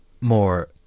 more